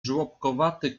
żłobkowaty